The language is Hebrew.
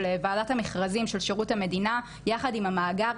ועדת המכרזים של שירות המדינה יחד עם המאגר,